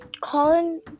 Colin